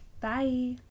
Bye